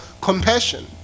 compassion